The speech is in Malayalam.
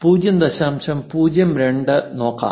02 നോക്കാം